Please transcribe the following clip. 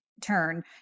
turn